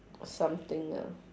something ah